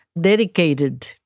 dedicated